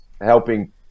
helping